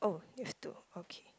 oh you have two okay